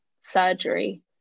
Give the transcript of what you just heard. surgery